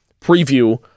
preview